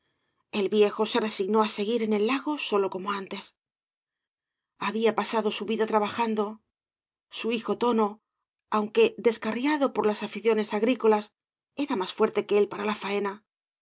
el viejo se resignó á seguir en el lago solo como antes habia pasado su vida trabajando su hijo tono aunque descarriado por las aficiones agrícolas era más fuerte que él para la faena